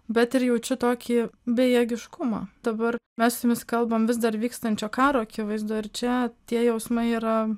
bet ir jaučiu tokį bejėgiškumą dabar mes jumis kalbam vis dar vykstančio karo akivaizdoj ir čia tie jausmai yra